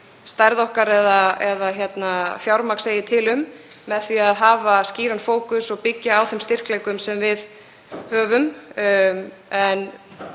stærð okkar eða fjármagn segir til um með því að hafa skýran fókus og byggja á þeim styrkleikum sem við höfum. En